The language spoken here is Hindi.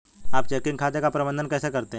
आप चेकिंग खाते का प्रबंधन कैसे करते हैं?